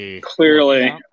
Clearly